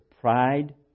Pride